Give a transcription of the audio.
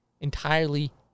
entirely